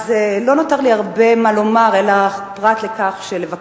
אז לא נותר לי הרבה מה לומר פרט מלבקש,